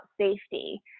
safety